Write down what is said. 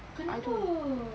!aduh!